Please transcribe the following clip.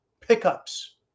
pickups